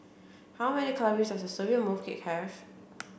how many calories does a serving of mooncake have